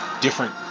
different